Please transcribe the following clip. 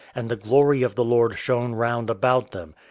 and the glory of the lord shone round about them,